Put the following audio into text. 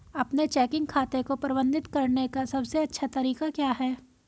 अपने चेकिंग खाते को प्रबंधित करने का सबसे अच्छा तरीका क्या है?